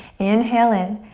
inhale in,